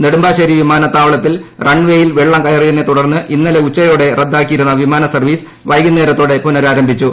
നെടുമ്പാശ്ശേരി വിമാനത്താവളത്തിൽ റൺവ്വേയിൽ വെള്ളം കയറിയതിനെ തുടർന്ന് ഇന്നലെ ഉച്ചയോടെ റദ്ദാക്കിയിരുന്നു വിമാന സർവ്വീസ് വൈകുന്നേരത്തോടെ പുനരാരംഭിച്ചു